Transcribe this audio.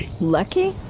Lucky